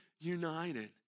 united